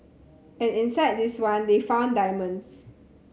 and inside this one they found diamonds